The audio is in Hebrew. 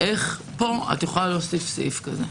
איך פה את יכולה להוסיף סעיף כזה?